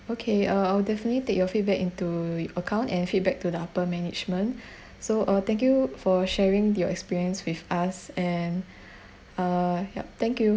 okay uh I'll definitely take your feedback into account and feedback to the upper management so uh thank you for sharing your experience with us and uh yup thank you